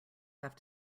have